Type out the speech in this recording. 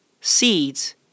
seeds